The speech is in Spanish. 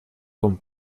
con